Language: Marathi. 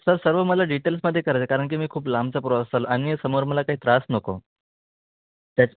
सर सर्व मला डिटेल्समध्ये करायचं कारण की मी खूप लांबचा प्रवासाला आणि समोर मला काही त्रास नको त्याच